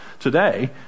today